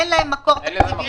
אין להם מקור תקציבי,